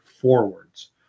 forwards